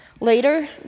Later